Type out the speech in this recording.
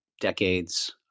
decades